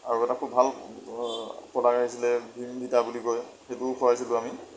আৰু এটা খুব ভাল প্ৰডাক্ট আহিছিলে ভীম ভিটা বুলি কয় সেইটোও খুৱাইছিলো আমি